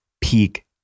peak